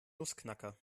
nussknacker